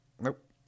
nope